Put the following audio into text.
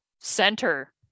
center